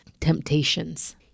temptations